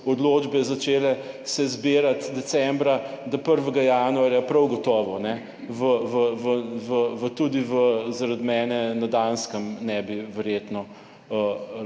odločbe začele se zbirati decembra do 1. januarja, prav gotovo v, v, v, tudi v zaradi mene na Danskem ne bi verjetno